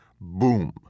Boom